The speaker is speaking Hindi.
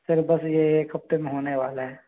सर बस ये एक हफ़्ते में होने वाला है